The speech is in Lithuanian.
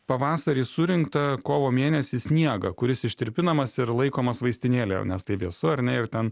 pavasarį surinktą kovo mėnesį sniegą kuris ištirpinamas ir laikomas vaistinėlėje nes tai vėsu ar ne ir ten